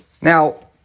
Now